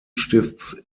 stifts